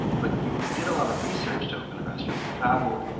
but you did a lot of research to open the restaurant. you traveled.